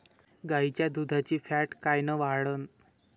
गाईच्या दुधाची फॅट कायन वाढन?